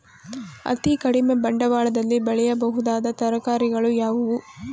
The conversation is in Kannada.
ಅತೀ ಕಡಿಮೆ ಬಂಡವಾಳದಲ್ಲಿ ಬೆಳೆಯಬಹುದಾದ ತರಕಾರಿಗಳು ಯಾವುವು?